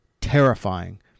terrifying